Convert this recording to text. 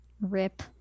Rip